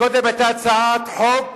קודם היתה הצעת חוק